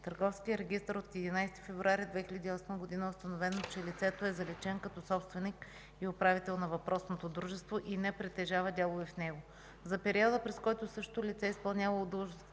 търговския регистър от 11 февруари 2008 г. е установено, че лицето е заличено като собственик и управител на въпросното дружество и не притежава дял в него. За периода, през който същото лице е изпълнявало